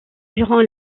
durant